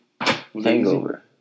Hangover